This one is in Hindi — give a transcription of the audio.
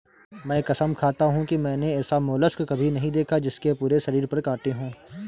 मैं कसम खाता हूँ कि मैंने ऐसा मोलस्क कभी नहीं देखा जिसके पूरे शरीर पर काँटे हों